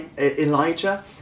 Elijah